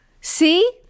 See